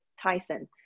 Tyson